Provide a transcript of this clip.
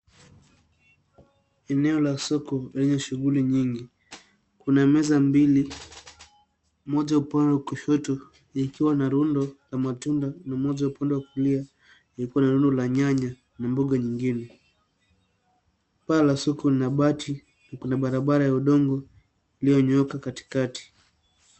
Eneo la soko lenye shuguli nyingi. Kuna meza mbili, moja upande wa kushoto ikiwa na rundo ya matunda na moja upande wa kulia iko na rundo la nyanya na mboga nyingine. Paa la soko ni la bati na kuna barabara ya udongo iliyonyooka katikati.